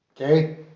Okay